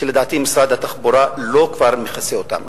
שלדעתי משרד התחבורה כבר לא מכסה אותם,